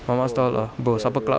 mamak stall lah bro supper club